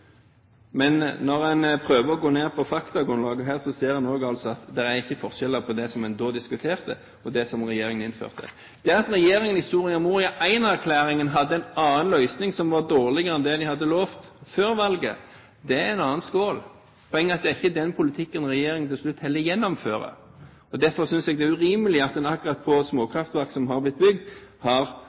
men når man prøver å gå inn på faktagrunnlaget her, ser man også at det ikke er forskjeller på det man da diskuterte, og det som regjeringen innførte. Det at regjeringen i Soria Moria I-erklæringen hadde en annen løsning som var dårligere enn den de hadde lovt før valget, er en annen skål. Poenget er at det er ikke den politikken regjeringen til slutt gjennomfører. Derfor synes jeg det er urimelig at en akkurat for småkraftverk som har blitt bygd, har